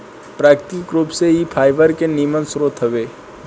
प्राकृतिक रूप से इ फाइबर के निमन स्रोत हवे